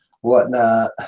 whatnot